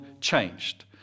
changed